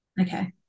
Okay